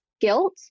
guilt